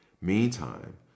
Meantime